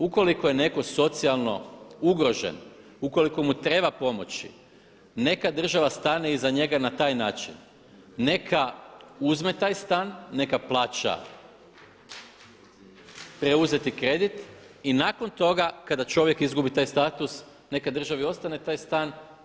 Ukoliko je netko socijalno ugrožen, ukoliko mu treba pomoći neka država stane iza njega na taj način, neka uzme taj stan, neka plaća preuzeti kredit i nakon toga kada čovjek izgubi taj status neka državi ostane taj stan.